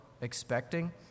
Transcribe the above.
expecting